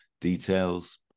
details